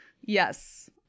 Yes